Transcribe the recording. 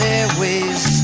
Airways